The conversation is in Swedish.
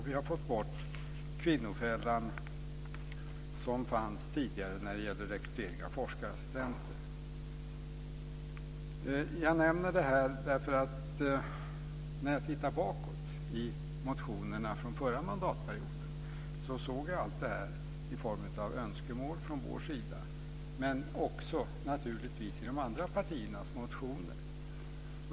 Vi har fått bort kvinnofällan som tidigare fanns vid rekrytering av forskarassistenter. När jag tittar bakåt i motionerna från förra mandatperioden såg jag allt detta i form av önskemål från vår sida, men också naturligtvis i de andra partiernas motioner.